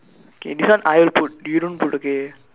okay this one I put you don't put okay